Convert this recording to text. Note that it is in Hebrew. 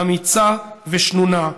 אמיצה ושנונה,